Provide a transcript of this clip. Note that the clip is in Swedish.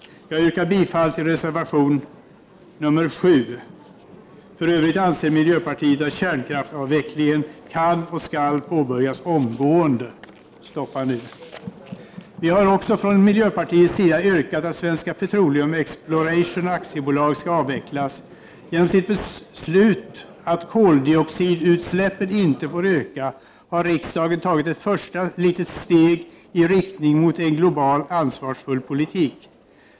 Jag yrkar bifall till reservation nr 7. För övrigt anser miljöpartiet att kärnkraftsavvecklingen kan och skall påbörjas omgående. Stoppa nu! Vi har också från miljöpartiets sida yrkat att Svenska Petroleum Exploration AB skall avvecklas. Genom sitt beslut att koldioxidutsläppen inte får öka har riksdagen tagit ett första litet steg i riktning mot en globalt ansvarsfull politik.